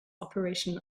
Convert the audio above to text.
operation